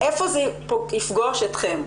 איפה זה יפגוש אתכם?